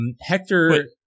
Hector